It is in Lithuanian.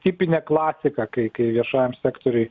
tipinė klasika kai kai viešajam sektoriui